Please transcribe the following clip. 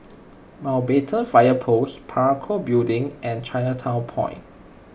Mountbatten Fire Post Parakou Building and Chinatown Point